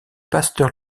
pasteur